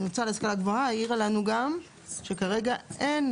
המועצה להשכלה גבוהה העירה לנו גם שכרגע אין